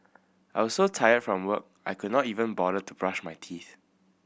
I was so tired from work I could not even bother to brush my teeth